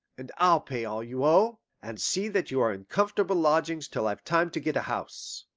and i'll pay all you owe, and see that you are in comfortable lodgings until i've time to get a house.